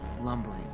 lumbering